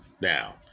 now